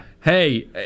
Hey